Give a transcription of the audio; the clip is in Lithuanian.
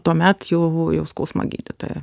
tuomet jau jau skausmo gydytojo